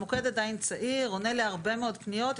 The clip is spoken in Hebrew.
המוקד עדיין צעיר, עונה להרבה מאוד פניות.